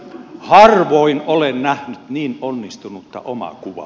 harvoin olen nähnyt niin onnistunutta omakuvaa